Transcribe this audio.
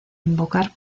invocar